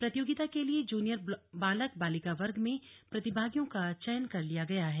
प्रतियोगिता के लिये जूनियर बालक बालिका वर्ग में प्रतिभागियों का चयन कर लिया गया है